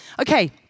Okay